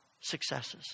successes